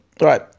right